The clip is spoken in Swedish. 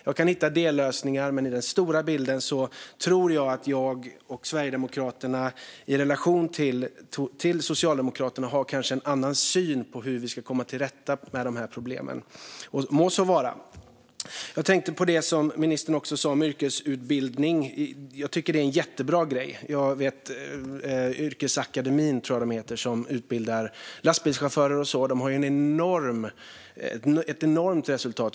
Jag kan hitta dellösningar, men i den stora bilden tror jag att jag och Sverigedemokraterna i relation till Socialdemokraterna har en annan syn på hur man ska komma till rätta med de här problemen. Må så vara! Jag tänkte på det som ministern sa om yrkesutbildning. Jag tycker att det är en jättebra grej. Yrkesakademin utbildar lastbilschaufförer med mera och har ett enormt resultat.